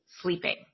sleeping